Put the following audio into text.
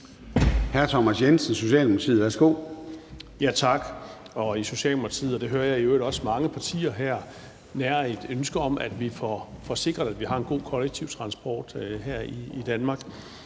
Hr. Thomas Jensen, Socialdemokratiet. Værsgo. Kl. 15:01 Thomas Jensen (S): Tak. I Socialdemokratiet – og det hører jeg i øvrigt også fra mange partier her – nærer vi et ønske om, at vi får sikret, at vi har en god kollektiv transport her i Danmark.